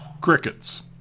crickets